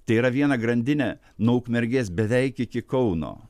tai yra vieną grandinę nuo ukmergės beveik iki kauno